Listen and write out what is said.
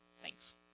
Thanks